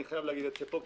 אני חייב להגיד את זה פה,